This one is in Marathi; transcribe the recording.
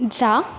जा